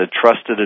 trusted